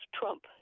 Trump